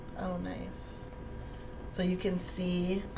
oh nice so you can see